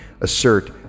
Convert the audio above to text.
assert